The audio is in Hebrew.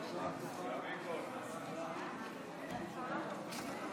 הפסדנו את ההצבעה?